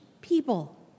people